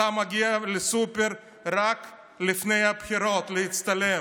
אתה מגיע לסופר רק לפני הבחירות, להצטלם.